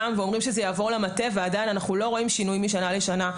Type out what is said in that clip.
ואומרים שזה יעבור למטה ועדיין לא רואים שינוי משנה לשנה.